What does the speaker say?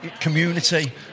community